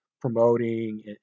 promoting